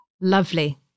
Lovely